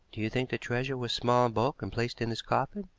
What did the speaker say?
do you think the treasure was small in bulk and placed in his coffin?